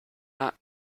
not